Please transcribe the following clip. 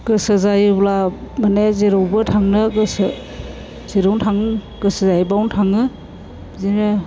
गोसो जायोब्ला माने जेरावबो थांनो गोसो जेरावनो थांनो गोसो जायो बावनो थाङो बिदिनो